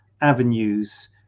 avenues